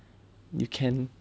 you can